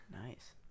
Nice